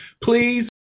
please